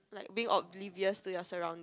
like being oblivious to your surrounding